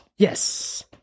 Yes